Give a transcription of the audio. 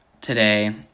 today